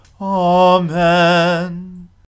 Amen